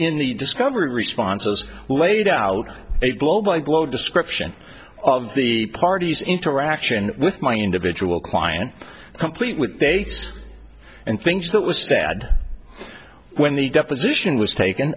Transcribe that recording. in the discovery responses laid out a blow by blow description of the parties interaction with my individual client complete with dates and things that was stad when the deposition was taken